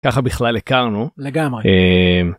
ככה בכלל הכרנו, לגמרי, א...